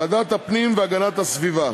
ועדת הפנים והגנת הסביבה,